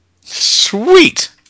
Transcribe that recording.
Sweet